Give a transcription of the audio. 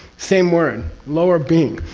same word lower being.